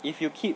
if you keep